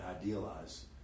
idealize